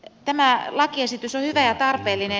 tämä lakiesitys on hyvä ja tarpeellinen